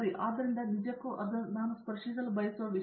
ಆದುದರಿಂದ ಅದು ನಿಜಕ್ಕೂ ನಾನು ಸ್ಪರ್ಶಿಸಲು ಬಯಸುವ ವಿಷಯ